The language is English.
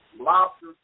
lobster